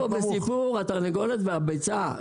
אנחנו פה בסיפור התרנגולת והביצה,